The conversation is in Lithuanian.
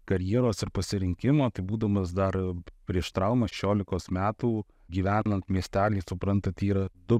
karjeros ir pasirinkimo tai būdamas dar prieš traumą šešiolikos metų gyvenant miestely suprantat yra du